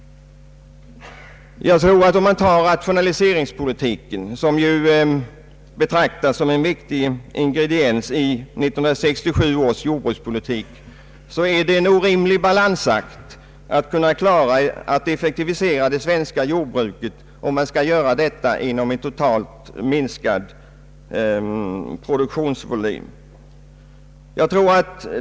I rationaliseringspolitiken, som betraktas som en viktig ingrediens i 1967 års jordbrukspolitik, utgör det en orimlig balansakt att effektivisera det svenska jordbruket om det skall ske inom en totalt minskad produktionsvolym.